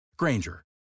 Granger